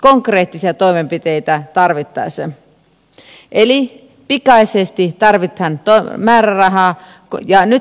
konkreettisia toimenpiteitä tarvittaisiin eli pikaisesti tarvitaan määrärahaa